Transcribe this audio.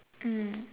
mm